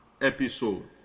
episode